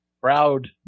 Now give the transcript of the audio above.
proud